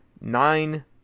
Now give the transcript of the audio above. Nine